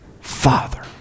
Father